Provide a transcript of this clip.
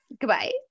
goodbye